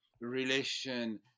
relation